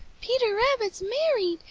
peter rabbit's married!